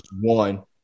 one